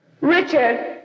Richard